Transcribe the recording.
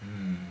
mm